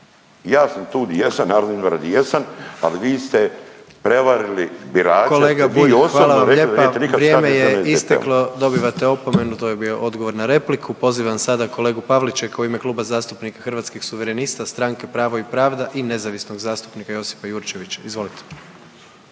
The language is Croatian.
govore u isto vrijeme, ne razumije se./… **Jandroković, Gordan (HDZ)** Vrijeme je isteklo, dobivate opomenu to je bio odgovor na repliku. Pozivam sada kolegu Pavličeka u ime Kluba zastupnika Hrvatskih suverenista, Stranke Pravo i pravda i Nezavisnog zastupnika Josipa Jurčevića. Izvolite.